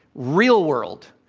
real world,